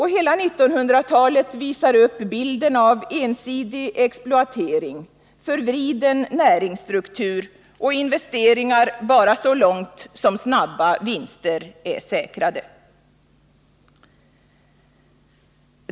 Hela 1900-talet visar upp bilden av ensidig exploatering, förvriden näringsstruktur och investeringar bara så långt som snabba vinster är säkrade.